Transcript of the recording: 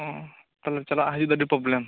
ᱚᱦᱚ ᱛᱟᱦᱚᱞᱮ ᱪᱟᱞᱟᱜ ᱦᱤᱡᱩᱜ ᱫᱚ ᱟ ᱰᱤ ᱯᱨᱚᱵᱽᱞᱮᱢ